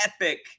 epic